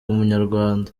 umunyarwanda